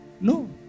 No